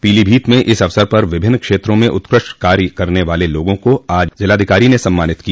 पीलीभीत में इस अवसर पर विभिन्न क्षेत्रों में उत्कृष्ट कार्य करने वाले लोगों को आज ज़िलाधिकारी ने सम्मानित किया